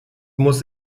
muss